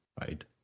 right